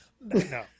No